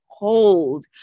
Hold